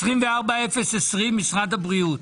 פנייה 24020 משרד הבריאות.